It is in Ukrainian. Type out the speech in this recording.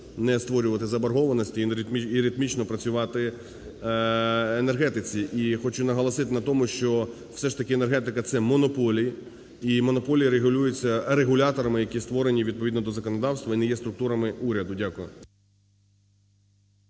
не створювати заборгованості і ритмічно працювати енергетиці. І хочу наголосити на тому, що все ж таки енергетика – це монополії і монополії регулюються регуляторами, які створені, відповідно до законодавства, і не є структурами уряду. Дякую.